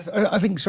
i think, sorry,